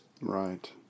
Right